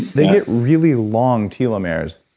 they get really long telomeres.